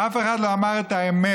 אף אחד לא אמר את האמת,